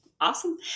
awesome